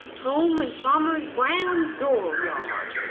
home in farmer brown's dooryard,